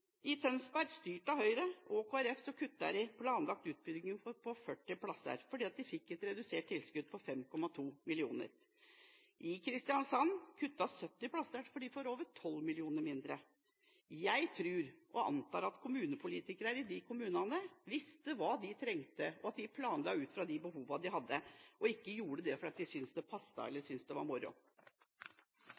I Tønsberg, styrt av Høyre og Kristelig Folkeparti, kuttet de en planlagt utbygging av 40 plasser fordi de fikk tilskuddet redusert med 5,2 mill. kr. I Kristiansand kuttes 70 plasser fordi de får over 12 mill. kr mindre. Jeg antar at kommunepolitikerne i de kommunene visste hva de trengte, og at de planla ut fra de behovene de hadde, og ikke fordi de syntes det passet, eller fordi de syntes det var